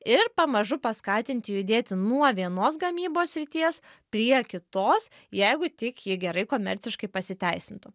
ir pamažu paskatinti judėti nuo vienos gamybos srities prie kitos jeigu tik ji gerai komerciškai pasiteisintų